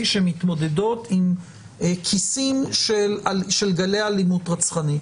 שמתמודדות עם כיסים של גלי אלימות רצחנית.